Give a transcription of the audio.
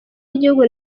y’igihugu